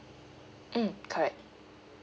mm correct